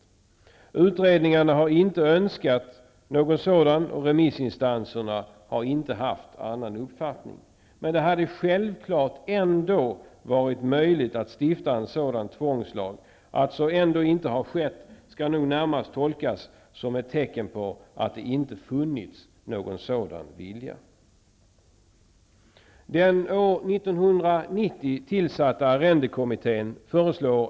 De som har gjort utredningarna har inte önskat det, och i remissinstanserna har man inte haft någon annan uppfattning. Självfallet hade det ändå varit möjligt att stifta en sådan tvångslag. Det faktum att så ändå inte har skett skall nog närmast tolkas som ett tecken på att ingen sådan vilja funnits.